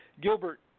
Gilbert